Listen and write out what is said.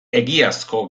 egiazko